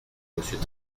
monsieur